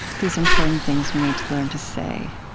these important things we need to learn to say,